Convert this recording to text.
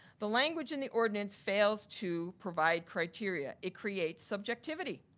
the language in the ordinance fails to provide criteria. it creates subjectivity.